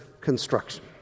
construction